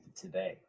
today